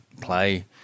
play